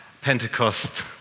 Pentecost